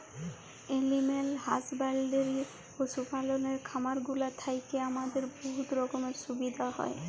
animal husbandry পশু পাললের খামারগুলা থ্যাইকে আমাদের বহুত রকমের সুবিধা হ্যয়